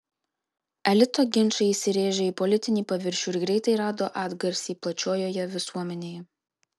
elito ginčai įsirėžė į politinį paviršių ir greitai rado atgarsį plačiojoje visuomenėje